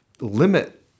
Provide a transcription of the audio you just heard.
limit